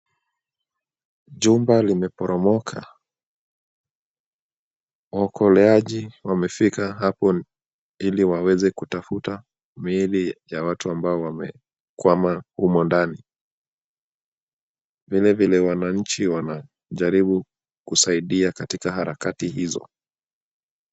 Jumba limeporomoka. Waokoleaji wamefika hapo ili waweze kutafuta miili ya watu ambao wamekwama humo ndani. Vilevile wananchi wanajaribu kusaidia katika harakati hizo.